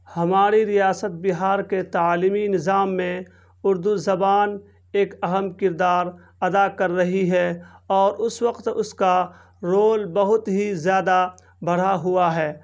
ہماری ریاست بہار کے تعلیمی نظام میں اردو زبان ایک اہم کردار ادا کر رہی ہے اور اس وقت اس کا رول بہت ہی زیادہ بڑھا ہوا ہے